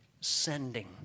sending